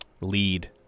lead